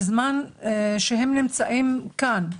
בזמן שהם נמצאים כאן,